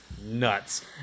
nuts